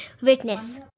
witness